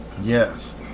Yes